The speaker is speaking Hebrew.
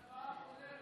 של חברת הכנסת